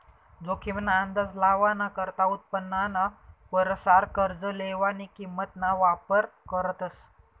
जोखीम ना अंदाज लावाना करता उत्पन्नाना परसार कर्ज लेवानी किंमत ना वापर करतस